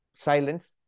silence